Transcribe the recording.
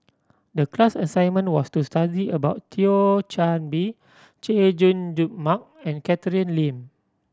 the class assignment was to study about Thio Chan Bee Chay Jung Jun Mark and Catherine Lim